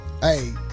Hey